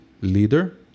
leader